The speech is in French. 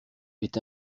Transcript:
est